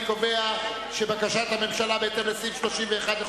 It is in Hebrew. אני קובע שבקשת הממשלה בהתאם לסעיף 31(ב)